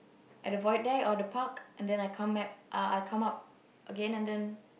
at the void deck or the park and then I come back uh uh I come up again and then